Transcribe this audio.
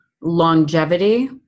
longevity